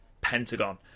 Pentagon